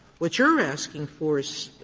what you're asking for is,